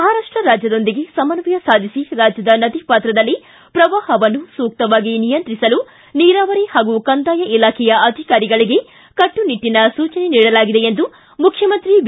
ಮಹಾರಾಷ್ಟ ರಾಜ್ಯದೊಂದಿಗೆ ಸಮನ್ವಯ ಸಾಧಿಸಿ ರಾಜ್ಯದ ನದಿ ಪಾತ್ರದಲ್ಲಿ ಪ್ರವಾಹವನ್ನು ಸೂಕ್ತವಾಗಿ ನಿಯಂತ್ರಿಸಲು ನೀರಾವರಿ ಹಾಗೂ ಕಂದಾಯ ಇಲಾಖೆಯ ಅಧಿಕಾರಿಗಳಿಗೆ ಕಟ್ಟುನಿಟ್ಟನ ಸೂಚನೆ ನೀಡಲಾಗಿದೆ ಎಂದು ಮುಖ್ಯಮಂತ್ರಿ ಬಿ